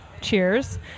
Cheers